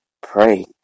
pray